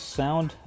sound